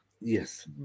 Yes